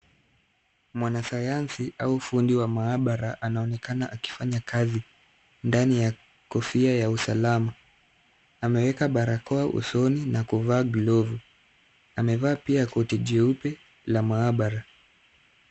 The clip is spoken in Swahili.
Mwanasayansi au fundi wa maabara anaonekana akifanya kazi ndani ya kofia ya usalama, ameweka barakoa usoni na kuvaa glovu ,amevaa pia koti jeupe la maabara.